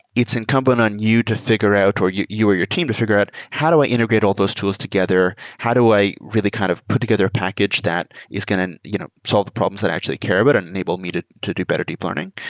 it's incumbent on you to figure out, or you you or your team to figure out how do i integrate all those tools together? how do i really kind of put together a package that is going to you know solve the problems that i actually care about and enable me to to do better deep learning?